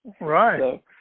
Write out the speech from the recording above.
Right